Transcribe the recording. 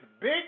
big